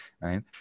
right